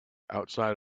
outside